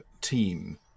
team